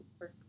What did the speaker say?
work